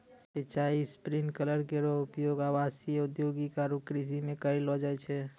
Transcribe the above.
सिंचाई स्प्रिंकलर केरो उपयोग आवासीय, औद्योगिक आरु कृषि म करलो जाय छै